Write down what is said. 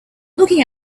looking